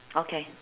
okay